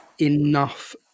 enough